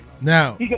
now